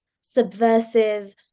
subversive